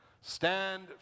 Stand